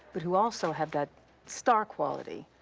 but who also have that star quality.